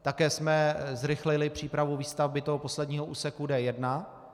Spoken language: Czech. Také jsme zrychlili přípravu výstavby toho posledního úseku D1.